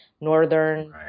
Northern